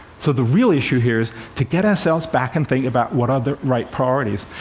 so the real issue here is to get ourselves back and think about what are the right priorities.